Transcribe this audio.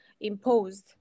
imposed